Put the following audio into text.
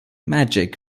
magic